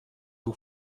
too